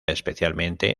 especialmente